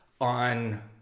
on